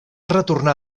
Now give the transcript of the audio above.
retornar